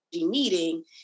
meeting